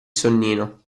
sonnino